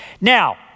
Now